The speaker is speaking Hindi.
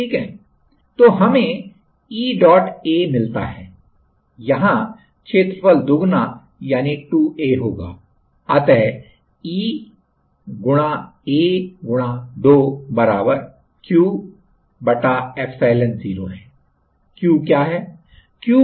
तो हमें E A मिलता है यहां क्षेत्रफल दुगना यानी 2 A होगा अतः E A 2 Q एप्सिलॉन0 है Q क्याहै